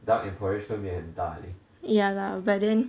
ya lah but then